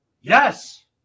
Yes